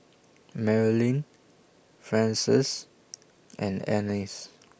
Marilyn Frances and Annice